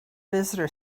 visitor